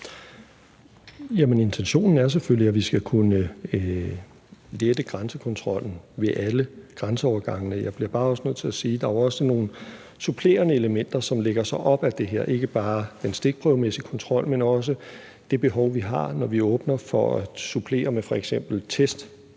intentionen er selvfølgelig, at vi skal kunne lette grænsekontrollen ved alle grænseovergange. Jeg bliver bare nødt til at sige, at der jo også er nogle supplerende elementer, som lægger sig op ad det her, ikke bare den stikprøvemæssige kontrol, men også det behov, vi har, når vi åbner for at supplere med f.eks. test